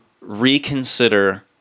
reconsider